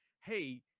hey